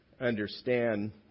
understand